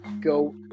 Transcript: go